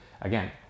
again